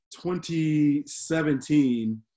2017